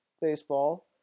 baseball